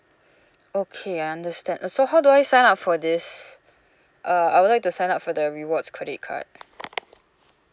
okay I understand uh so how do I sign up for this uh I would like to sign up for the rewards credit card